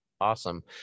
Awesome